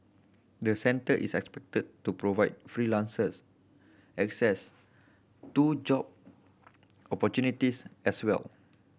the centre is expected to provide freelancers access to job opportunities as well